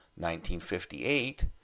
1958